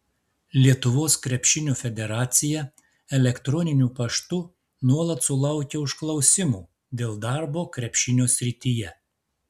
lietuvos krepšinio federacija elektroniniu paštu nuolat sulaukia užklausimų dėl darbo krepšinio srityje